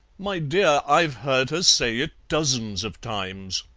my dear, i've heard her say it dozens of times.